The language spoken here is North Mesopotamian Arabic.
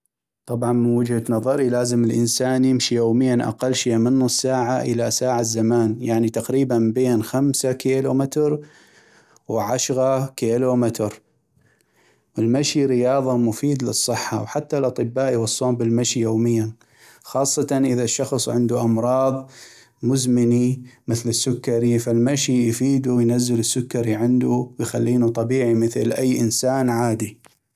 طبعا من وجهة نظري لازم الإنسان يمشي يوميا أقل شي من نص ساعة إلى ساعة زمان ، يعني تقريباً بين خمس كيلومتر وعشغا كيلو متر ، المشي رياضة ومفيد للصحة وحتى الأطباء يوصون بالمشي يومياً ، خاصة إذا الشخص عندو أمراض مزمني مثل السكري ، فالمشي يفيدو وينزل السكري عندو ويخلينو طبيعي مثل اي انسان عادي.